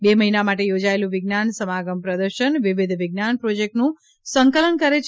બે મહિના માટે યોજાયેલું વિજ્ઞાન સમાગમ પ્રદર્શન વિવિધ વિજ્ઞાન પ્રોજેક્ટનું સંકલન કરે છે